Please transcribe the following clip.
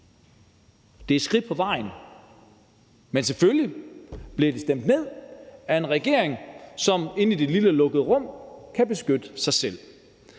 Det er et skridt på vejen, men selvfølgelig bliver det stemt ned af en regering, som inde i det lille lukkede rum kan beskytte sig selv.